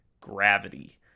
Gravity